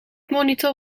monitor